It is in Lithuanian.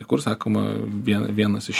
kai kur sakoma vien vienas iš